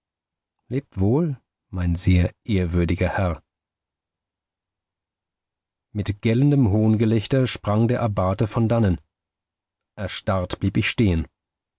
lebt wohl mein sehr ehrwürdiger herr mit gellendem hohngelächter sprang der abbate von dannen erstarrt blieb ich stehen